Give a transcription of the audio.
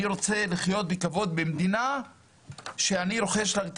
אני רוצה לחיות בכבוד במדינה שאני רוכש לה את